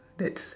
that's